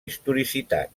historicitat